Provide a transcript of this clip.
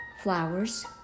flowers